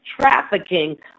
trafficking